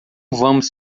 vamos